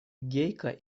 гейка